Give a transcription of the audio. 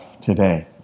today